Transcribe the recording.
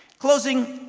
closing,